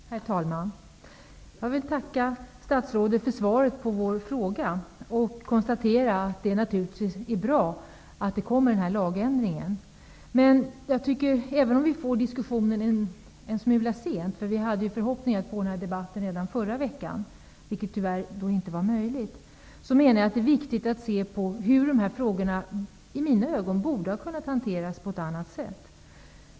Herr talman! Jag vill tacka statsrådet för svaret på våra frågor. Det är naturligtvis bra att det kommer förslag till en lagändring. Vi får den här diskussionen en smula sent. Vi hade förhoppningar om att få den här debatten redan i förra veckan, vilket tyvärr då inte var möjligt. I mina ögon borde dessa frågor ha kunnat hanteras på annat sätt.